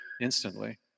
instantly